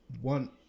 one